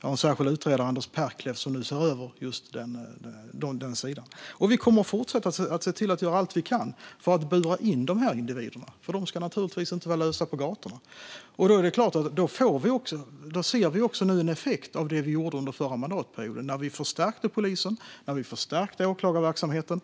Vi har en särskild utredare, Anders Perklev, som nu ser över just den sidan, och vi kommer att fortsätta att göra allt vi kan för att bura in dessa individer, som naturligtvis inte ska gå lösa på gatorna. Vi ser nu en effekt av det som vi gjorde under den förra mandatperioden, när vi förstärkte polisen, förstärkte åklagarverksamheten,